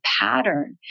pattern